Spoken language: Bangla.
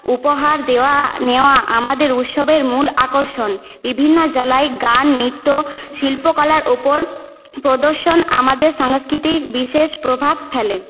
উপহার দেওয়া নেওয়া আমাদের উৎসবের মূল আকর্ষণ বিভিন্ন যা লাইক গান নৃত্য শিল্পকলার উপর প্রদর্শন আমাদের সংস্কৃতির বিশেষ প্রভাব ফেলে